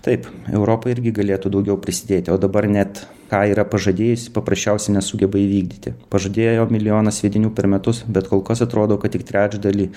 taip europa irgi galėtų daugiau prisidėti o dabar net ką yra pažadėjusi paprasčiausiai nesugeba įvykdyti pažadėjo milijoną sviedinių per metus bet kol kas atrodo kad tik trečdalį